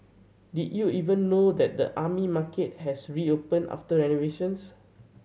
did you even know that the Army Market has reopened after renovations